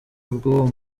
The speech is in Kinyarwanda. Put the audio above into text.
b’uwo